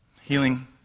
Healing